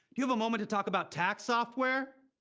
you have a moment to talk about tax software?